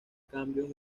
cambios